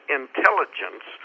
intelligence